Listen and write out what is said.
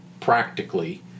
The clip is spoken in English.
practically